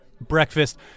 breakfast